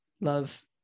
Love